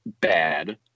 bad